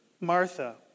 Martha